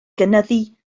gynyddu